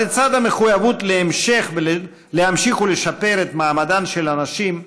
אבל לצד המחויבות להמשיך לשפר את מעמדן של הנשים,